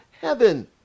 heaven